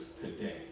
today